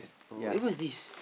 oh eh what is this